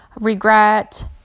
regret